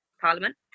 Parliament